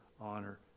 honor